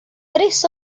tres